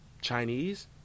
Chinese